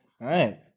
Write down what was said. right